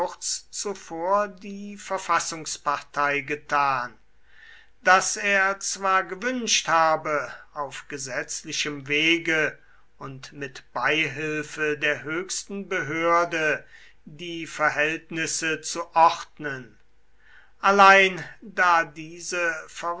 zuvor die verfassungspartei getan daß er zwar gewünscht habe auf gesetzlichem wege und mit beihilfe der höchsten behörde die verhältnisse zu ordnen allein da diese